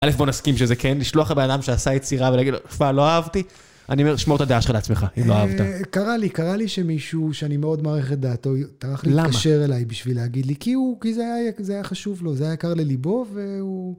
א' בוא נסכים שזה כן, לשלוח לבן אדם שעשה יצירה ולהגיד לו, לא אהבתי, אני אומר, שמור את הדעה שלך לעצמך, אם לא אהבת. קרה לי, קרה לי שמישהו שאני מאוד מעריך את דעתו, טרח להתקשר אליי בשביל להגיד לי, כי זה היה חשוב לו, זה היה יקר לליבו והוא...